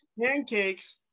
pancakes